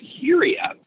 Syria